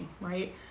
right